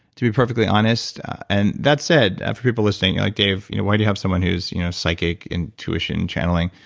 to be perfectly honest and that said for people listening like, dave, you know why do you have someone who's you know psychic intuition channeling?